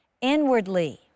Inwardly